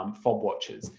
um fob watches,